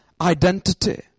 identity